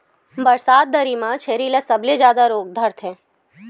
बरसात दरी म छेरी ल सबले जादा रोग धरथे